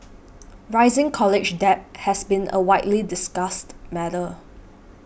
rising college debt has been a widely discussed matter